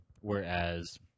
whereas